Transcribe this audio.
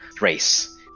race